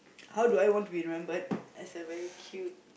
how do I want to remembered that's a very cute